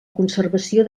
conservació